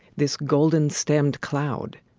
this golden-stemmed cloud,